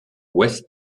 ouest